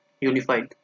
unified